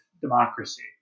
democracy